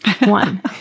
One